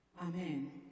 Amen